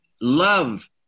Love